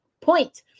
point